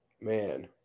Man